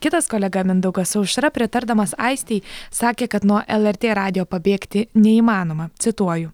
kitas kolega mindaugas aušra pritardamas aistei sakė kad nuo lrt radijo pabėgti neįmanoma cituoju